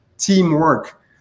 teamwork